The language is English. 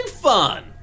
fun